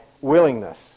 willingness